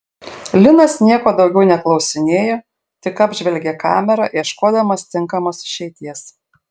linas nieko daugiau neklausinėjo tik apžvelgė kamerą ieškodamas tinkamos išeities